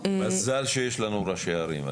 מזל שיש לנו ראשי ערים.